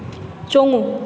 ꯆꯣꯡꯉꯨ